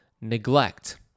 neglect